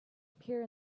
appear